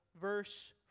verse